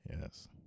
yes